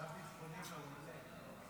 מצב ביטחוני מעולה.